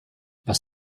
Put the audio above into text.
was